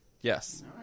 Yes